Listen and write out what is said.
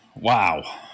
Wow